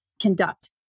conduct